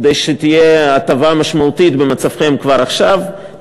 כדי שתהיה הטבה משמעותית במצבכם כבר עכשיו,